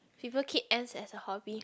people keep ants as a hobby